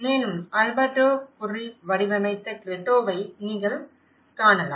மேலும் Alberto Burri வடிவமைத்த கிரெட்டோவை நீங்கள் காணலாம்